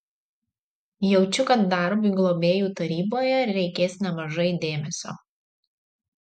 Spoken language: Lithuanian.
jaučiu kad darbui globėjų taryboje reikės nemažai dėmesio